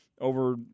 over